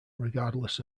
regardless